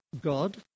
God